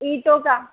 ईटों का